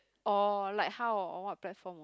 or like how on what platform